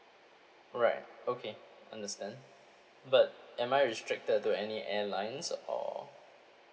alright okay understand but am I restricted to any airlines or